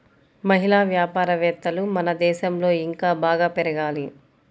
మహిళా వ్యాపారవేత్తలు మన దేశంలో ఇంకా బాగా పెరగాలి